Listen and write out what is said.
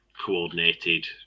coordinated